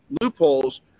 loopholes